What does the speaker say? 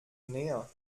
näher